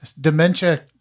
Dementia